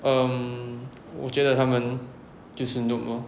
um 我觉得他们就是 noob lor